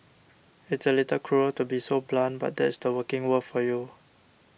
it's a little cruel to be so blunt but that's the working world for you